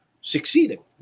succeeding